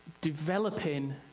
developing